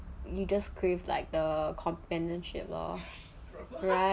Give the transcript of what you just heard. you just crave like the companionship lor right